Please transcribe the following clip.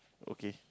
okay